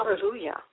Hallelujah